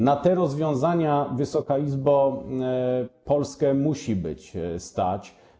Na te rozwiązania, Wysoka Izbo, Polskę musi być stać.